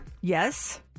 Yes